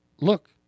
look